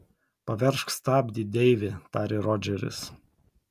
paveržk stabdį deivi tarė rodžeris